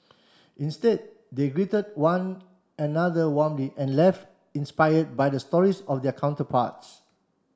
instead they greeted one another warmly and life inspired by the stories of their counterparts